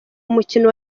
umukino